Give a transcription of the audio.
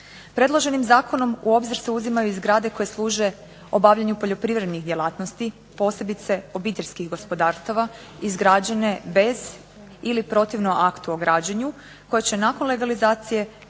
Predloženim zakonom u obzir se uzimaju i zgrade koje služe obavljanju poljoprivrednih djelatnosti, posebice obiteljskih gospodarstava, izgrađene bez ili protivno aktu o građenju, koji će nakon legalizacije